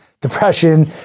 depression